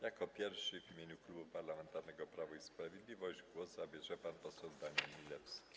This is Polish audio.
Jako pierwszy w imieniu Klubu Parlamentarnego Prawo i Sprawiedliwość głos zabierze pan poseł Daniel Milewski.